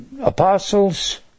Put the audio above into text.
apostles